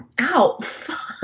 Ow